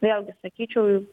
vėlgi sakyčiau